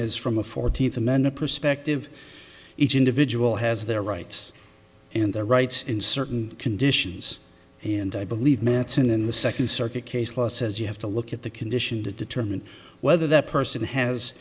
is from a fourteenth amendment perspective each individual has their rights and their rights in certain conditions and i believe mattson in the second circuit case law says you have to look at the condition to determine whether that person has